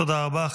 תודה רבה.